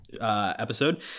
Episode